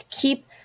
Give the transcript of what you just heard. keep